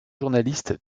journaliste